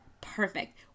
perfect